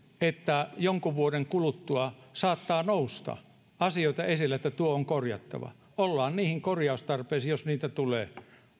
että jonkun vuoden kuluttua saattaa nousta esille asioita joita on korjattava ollaan niihin korjaustarpeisiin jos niitä tulee